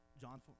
John